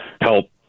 help